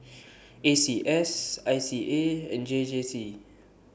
A C S I C A and J J C